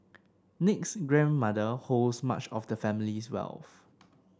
Nick's grandmother holds much of the family wealth